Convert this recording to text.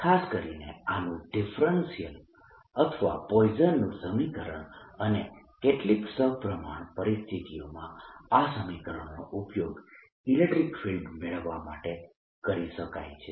ખાસ કરીને આનું ડિફરેન્શિયલ અથવા પોઈસનનું સમીકરણ Poisson's equation અને કેટલીક સપ્રમાણ પરિસ્થિતિઓમાં આ સમીકરણનો ઉપયોગ ઇલેક્ટ્રીક ફિલ્ડ મેળવવા માટે કરી શકાય છે